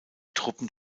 truppen